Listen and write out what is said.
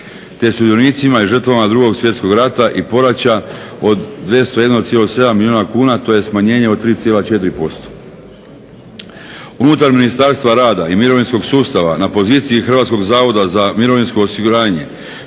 te sudionicima i žrtvama Drugog svjetskog rata i poraća od 201,7 milijuna kuna, to je smanjenje od 3,4%. Unutar Ministarstva rada i mirovinskog sustava na poziciji Hrvatskog zavoda za mirovinsko osiguranje